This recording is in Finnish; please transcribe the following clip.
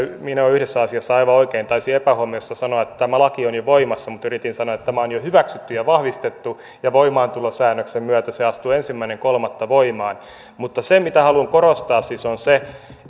minua yhdessä asiassa aivan oikein taisin epähuomiossa sanoa että tämä laki on jo voimassa mutta yritin sanoa että tämä on jo hyväksytty ja vahvistettu ja voimaantulosäännöksen myötä se astuu ensimmäinen kolmatta voimaan mutta se mitä haluan korostaa siis on se